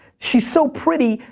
she's so pretty,